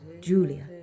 Julia